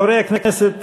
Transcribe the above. חברי הכנסת,